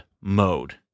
mode